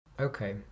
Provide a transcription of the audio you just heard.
Okay